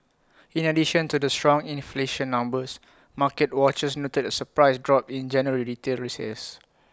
in addition to the strong inflation numbers market watchers noted A surprise drop in January retail sales